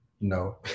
No